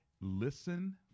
listen